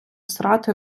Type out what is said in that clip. срати